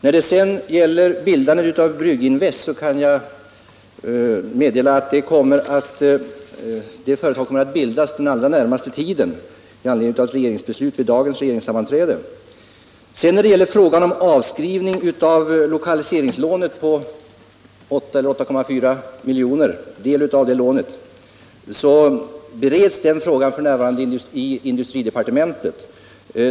När det sedan gäller Brygginvest kan jag meddela att detta företag med anledning av dagens regeringssammanträde kommer att bildas inom den allra närmaste tiden. I fråga om avskrivningen av en del av lokaliseringslånet på 8,4 milj.kr. kan jag säga att denna fråga f. n. bereds i industridepartementet.